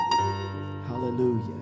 Hallelujah